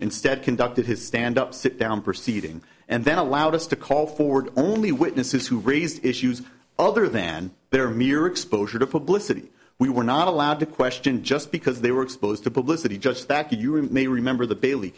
instead conducted his stand up sit down proceeding and then allowed us to call for only witnesses who raised issues other than their mere exposure to publicity we were not allowed to question just because they were exposed to publicity just that you were may remember the bailey